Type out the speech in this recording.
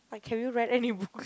like can have you read any books